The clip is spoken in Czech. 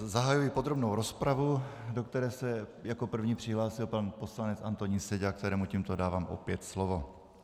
Zahajuji podrobnou rozpravu, do které se jako první přihlásil pan poslanec Antonín Seďa, kterému tímto dávám opět slovo.